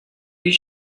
his